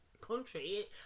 country